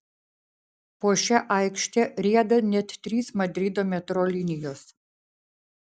po šia aikšte rieda net trys madrido metro linijos